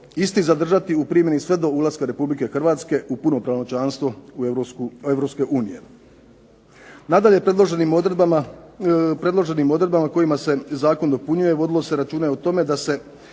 isti zadržati u primjeni sve do ulaska Republike Hrvatske u punopravno članstvo Europske unije. Nadalje, predloženim odredbama kojima se zakon dopunjuje vodilo se računa o tome da se